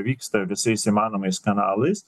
vyksta visais įmanomais kanalais